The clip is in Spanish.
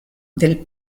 del